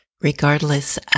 regardless